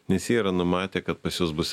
nes jie yra numatę kad pas juos bus